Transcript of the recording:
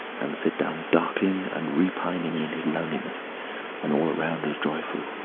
and sit down darkling and repining in his loneliness when all around is joyful,